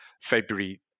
February